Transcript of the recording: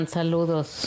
saludos